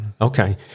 Okay